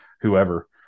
whoever